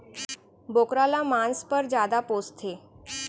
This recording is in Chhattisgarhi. बोकरा ल मांस पर जादा पोसथें